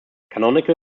canonical